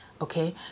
Okay